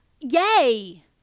Yay